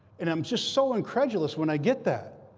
and i'm just so incredulous when i get that.